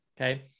okay